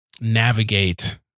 navigate